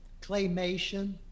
Claymation